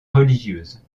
religieuses